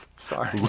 Sorry